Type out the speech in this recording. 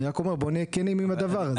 אני רק אומר בואו נהיה כנים עם הדבר הזה.